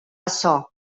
açò